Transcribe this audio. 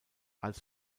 als